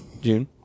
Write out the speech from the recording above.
June